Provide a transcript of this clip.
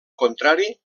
contrari